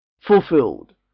Fulfilled